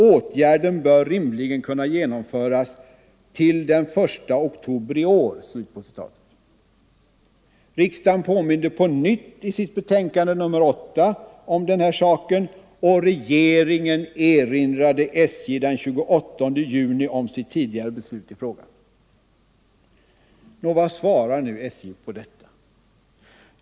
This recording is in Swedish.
Åtgärden bör rimligen kunna genomföras till den 1 oktober i år.” Riksdagen påminde på nytt genom trafikutskottets betänkande nr 8 om denna sak, och regeringen erinrade SJ den 28 juni om sitt tidigare beslut i frågan. Nå, vad svarar nu SJ på detta?